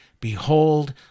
Behold